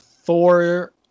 Thor